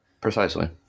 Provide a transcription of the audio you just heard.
Precisely